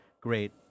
great